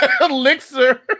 elixir